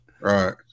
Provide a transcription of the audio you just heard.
Right